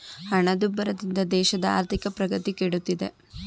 ಹಣದುಬ್ಬರದಿಂದ ದೇಶದ ಆರ್ಥಿಕ ಪ್ರಗತಿ ಕೆಡುತ್ತಿದೆ